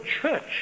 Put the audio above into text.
church